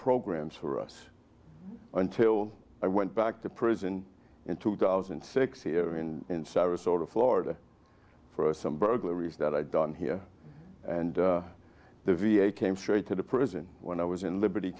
programs for us until i went back to prison in two thousand and six here in sarasota florida for some burglaries that i'd done here and the v a came straight to the prison when i was in liberty